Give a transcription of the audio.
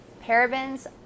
parabens